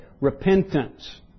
repentance